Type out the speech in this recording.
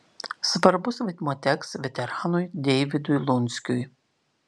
svarbus vaidmuo teks veteranui deivydui lunskiui